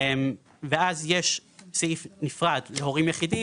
ואז יש סעיף נפרד להורים יחידים,